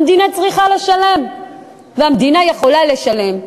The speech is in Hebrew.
המדינה צריכה לשלם והמדינה יכולה לשלם.